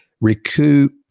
recoup